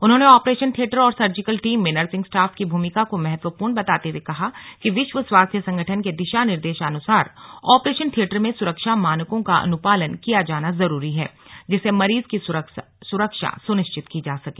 उन्होंने operation theatre और surgical team में नर्सिंग स्टाफ की भूमिका को महत्वपूर्ण बताते हुए कहा कि विश्व स्वास्थ्य संगठन के दिशा निर्देशानुसार ऑपरेशन थिएटर में सुरक्षा मानकों का अनुपालन किया जाना जरूरी है जिससे मरीज की सुरक्षा सुनिश्चित की जा सके